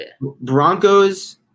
Broncos